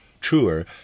truer